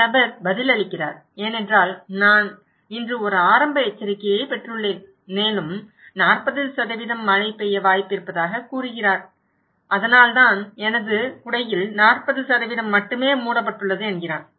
இந்த நபர் பதில் அளிக்கிறார் ஏனென்றால் நான் இன்று ஒரு ஆரம்ப எச்சரிக்கையைப் பெற்றுள்ளேன் மேலும் 40 மழை பெய்ய வாய்ப்பு இருப்பதாகக் கூறுகிறான் அதனால்தான் எனது குடையில் 40 மட்டுமே மூடப்பட்டுள்ளது என்கிறான்